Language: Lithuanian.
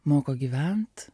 moko gyvent